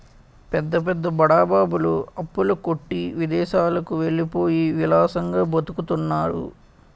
పెద్ద పెద్ద బడా బాబులు అప్పుల కొట్టి విదేశాలకు వెళ్ళిపోయి విలాసంగా బతుకుతున్నారు